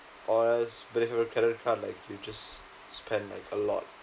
for us but if you have a credit card like you just spend like a lot